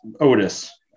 Otis